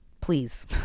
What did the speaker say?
please